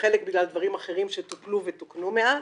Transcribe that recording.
וחלק בגלל דברים אחרים שטופלו ותוקנו מאז.